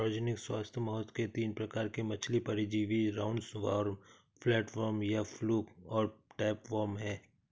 सार्वजनिक स्वास्थ्य महत्व के तीन प्रकार के मछली परजीवी राउंडवॉर्म, फ्लैटवर्म या फ्लूक और टैपवार्म है